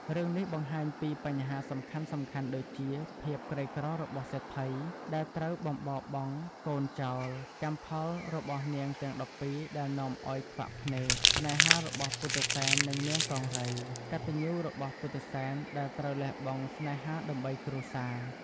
រឿងនេះបង្ហាញពីបញ្ហាសំខាន់ៗដូចជា ភាពក្រីក្ររបស់សេដ្ឋីដែលត្រូវបំបរបង់កូនចោល កម្មផលរបស់នាងទាំង១២ដែលនាំឲ្យខ្វាក់ភ្នែក ស្នេហារបស់ពុទ្ធិសែន និងនាងកង្រី កត្តញ្ញូរបស់ពុទ្ធិសែនដែលត្រូវលះបង់ស្នេហាដើម្បីគ្រួសារ។